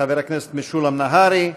חבר הכנסת משולם נהרי,